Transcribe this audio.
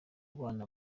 bana